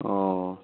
اوہ